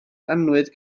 annwyd